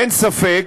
אין ספק,